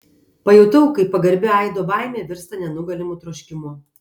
pajutau kaip pagarbi aido baimė virsta nenugalimu troškimu